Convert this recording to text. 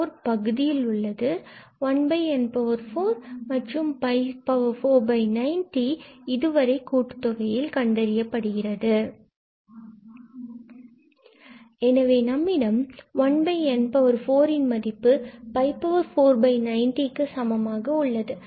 1n4 பகுதியில் உள்ளது பின்பு 1n4ஆகியவை உள்ளது 490 இதுவரை கூட்டுத்தொகை கண்டறியப்படுகிறது எனவே நம்மிடம் 1n4இதன் மதிப்பு 490க்கு சமமாக உள்ளது